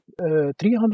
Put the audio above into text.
300